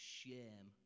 shame